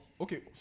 okay